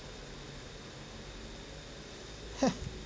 ha